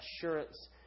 assurance